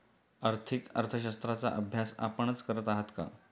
आर्थिक अर्थशास्त्राचा अभ्यास आपणच करत आहात का?